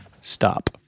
Stop